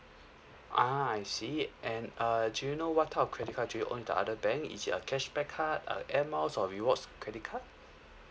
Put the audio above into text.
a'ah I see and uh do you know what type of credit card do you own with the other bank is it a cashback card uh airmiles or rewards credit card